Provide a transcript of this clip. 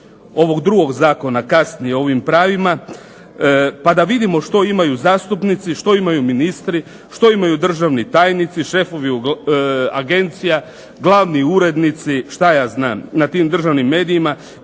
ovog drugog zakona kasnije o ovim pravima pa da vidimo što imaju zastupnici, što imaju ministri, što imaju državni tajnici, šefovi agenciji, glavni urednici na tim državnim medijima